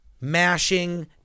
mashing